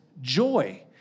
joy